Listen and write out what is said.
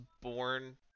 born